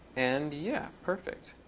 and, yeah, perfect.